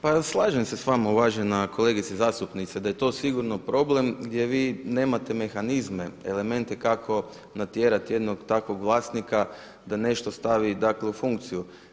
Pa slažem se s vama uvažena kolegice zastupnice da je to sigurno problem gdje vi nemate mehanizme, elemente kako natjerati jednog takvog vlasnika da nešto stavi u funkciju.